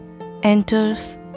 enters